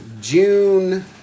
June